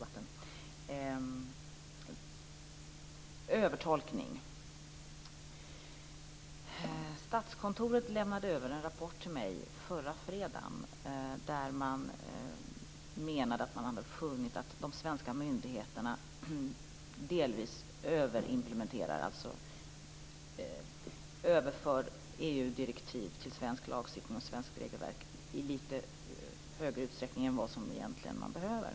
Vad gäller övertolkning kan jag säga att Statskontoret lämnade över en rapport till mig förra fredagen där man menar att man har funnit att de svenska myndigheterna delvis överimplementerar, dvs. överför EU-direktiv till svensk lagstiftning och svenskt regelverk i litet större utsträckning än vad man egentligen behöver.